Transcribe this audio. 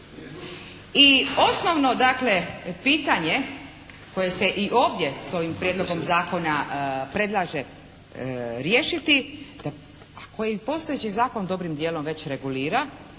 I osnovno dakle pitanje koje se i ovdje s ovim Prijedlogom zakona predlaže riješiti a koji postojeći zakon dobrim dijelom već regulira